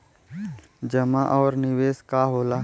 जमा और निवेश का होला?